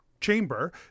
chamber